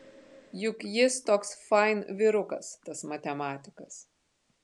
juk jis toks fain vyrukas tas matematikas